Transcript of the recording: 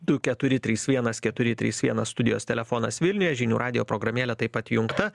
du keturi trys vienas keturi trys vienas studijos telefonas vilniuje žinių radijo programėlė taip pat įjungta